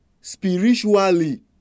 spiritually